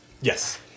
Yes